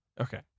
Okay